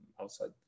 outside